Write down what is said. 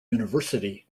university